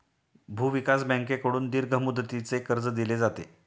भूविकास बँकेकडून दीर्घ मुदतीचे कर्ज दिले जाते